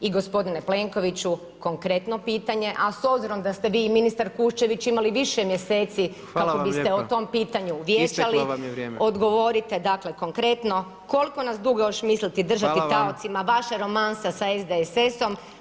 I gospodine Plenkoviću konkretno pitanje, a s obzirom da ste vi i ministar Kuščević imali više mjeseci kako biste o tom pitanju vijećali odgovorite dakle konkretno, koliko nas dugo još mislite držati taocima vaše romansa sa SDSS-om?